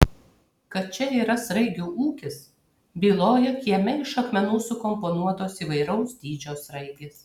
kad čia yra sraigių ūkis byloja kieme iš akmenų sukomponuotos įvairaus dydžio sraigės